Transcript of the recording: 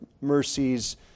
mercies